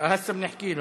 (אומר בערבית: עכשיו אדבר אתו.)